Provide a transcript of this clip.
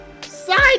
Side